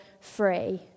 free